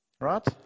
right